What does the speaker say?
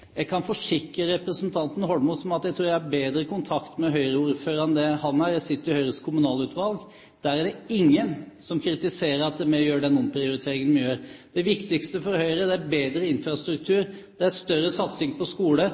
Jeg kan forsikre representanten Holmås om at jeg tror jeg har bedre kontakt med Høyre-ordførerne enn det han har – jeg sitter i Høyres kommunalutvalg. Der er det ingen som kritiserer at vi gjør den omprioriteringen vi gjør. Det viktigste for Høyre er bedre infrastruktur, større satsing på skole